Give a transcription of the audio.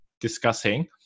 discussing